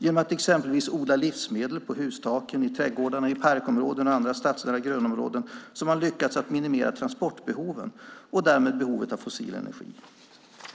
Genom att exempelvis odla livsmedel på hustaken, i trädgårdarna, i parkområdena och andra stadsnära grönområden har man lyckats minimera transportbehoven och därmed behovet av fossil energi.